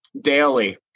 daily